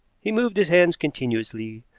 he moved his hands continuously,